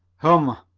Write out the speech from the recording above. hum,